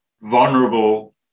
vulnerable